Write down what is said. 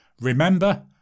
Remember